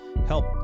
help